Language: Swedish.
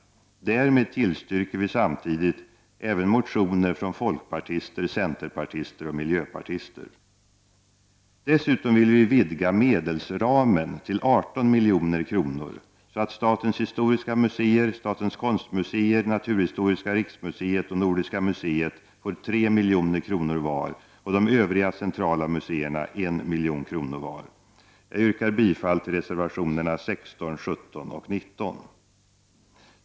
Därmed tillstyrker vi även motioner från folkpartister, centerpartister och miljöpartister. Dessutom vill vi vidga medelsramen till 18 milj.kr. så att statens historiska museer, statens konstmuseer, Naturhistoriska riksmuseet och Nordiska museet får 3 milj.kr. var och de övriga centrala museerna 1 milj.kr. var. Jag yrkar bifall till reservationerna 16, 17 och 19.